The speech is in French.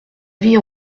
vie